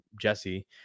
jesse